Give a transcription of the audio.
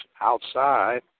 outside